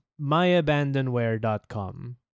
myabandonware.com